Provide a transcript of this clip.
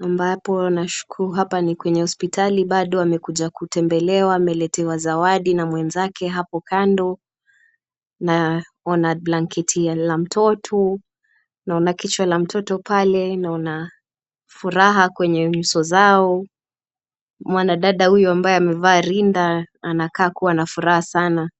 ambapo nashuku hapa ni kwenye hospitali bado amekuja kutembelewa, ameletewa zawadi na mwenzake hapo kando naona blanketi la mtoto, naona kichwa la mtoto pale, naona furaha kwenye nyuso zao. Mwanadada huyo ambaye amevaa rinda anakaa kuwa na furaha sana.